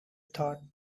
thought